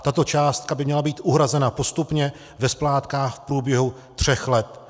Tato částka by měla být uhrazena postupně ve splátkách v průběhu tří let.